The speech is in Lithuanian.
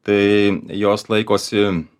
tai jos laikosi